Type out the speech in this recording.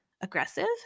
aggressive